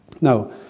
Now